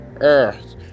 earth